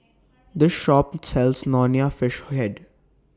This Shop sells Nonya Fish Head